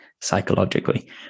psychologically